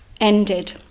ended